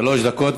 שלוש דקות.